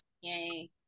Yay